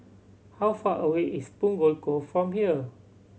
how far away is Punggol Cove from here